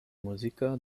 muziko